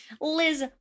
liz